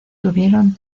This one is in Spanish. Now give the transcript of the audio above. tuvieron